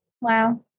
Wow